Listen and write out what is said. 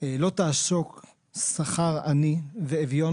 לֹא תַעֲשֹׁק שָׂכִיר עָנִי וְאֶבְיוֹן